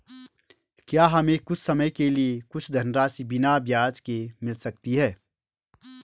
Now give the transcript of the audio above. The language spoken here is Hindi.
क्या हमें कुछ समय के लिए कुछ धनराशि बिना ब्याज के मिल सकती है?